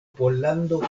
pollando